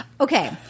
Okay